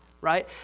right